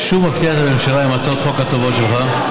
אתה שוב מפתיע את הממשלה עם הצעות החוק הטובות שלך.